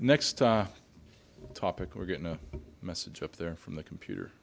next topic we're getting a message up there from the computer